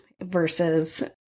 versus